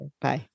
Bye